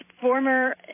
former